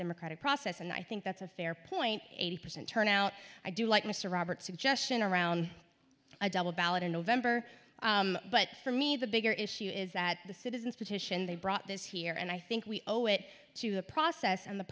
democratic process and i think that's a fair point eighty percent turnout i do like mr roberts suggestion around a double ballot in november but for me the bigger issue is that the citizens petition they brought this here and i think we owe it to the process and the